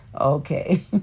okay